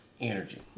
energy